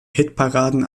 hitparaden